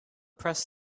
press